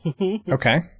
Okay